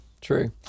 true